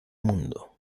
mundo